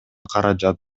каражат